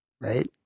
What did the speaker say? right